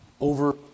over